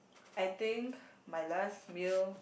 I think my last meal